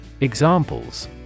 Examples